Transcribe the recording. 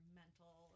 mental